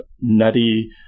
nutty